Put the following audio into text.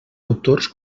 autors